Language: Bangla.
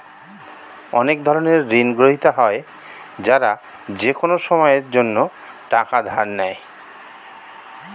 অনেক ধরনের ঋণগ্রহীতা হয় যারা যেকোনো সময়ের জন্যে টাকা ধার নেয়